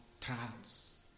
trials